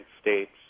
States